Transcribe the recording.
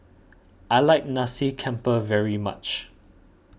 I like Nasi Campur very much